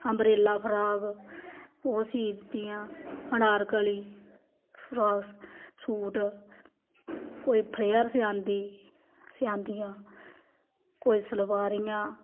umbrella frock ओह् सीतियां Anarkali suit कोई फ्लेयर सैआंदी सैआंदियां कोई सलवार इ'यां